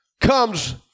comes